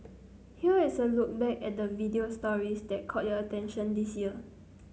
here is a look back at the video stories that caught your attention this year